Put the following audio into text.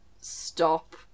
stop